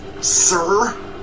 sir